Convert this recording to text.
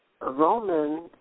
Roman